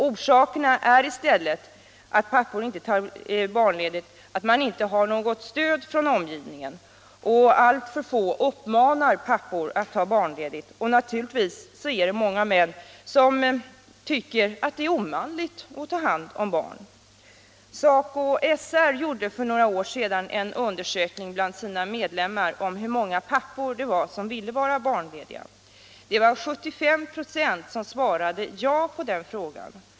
Orsakerna till att pappor inte tar barnledigt är i stället att de inte har något stöd från omgivningen och att alltför få uppmanar dem att ta barnledigt. Naturligtvis finns det dessutom många män som tycker att det är omanligt att ta hand om barn. SACO/SR gjorde för några år sedan en undersökning bland sina medlemmar om hur många pappor det var som ville vara barnlediga. Det var 75 926 som svarade ja på den frågan.